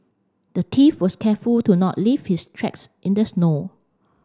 the thief was careful to not leave his tracks in the snow